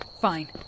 Fine